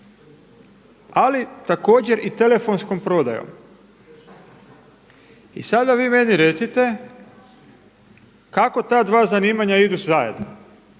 ali također i telefonskom prodajom. I sada vi meni recite kako ta dva zanimanja idu zajedno?